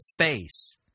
face